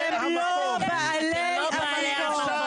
אתם לא בעלי המקום.